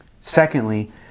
Secondly